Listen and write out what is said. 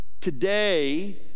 Today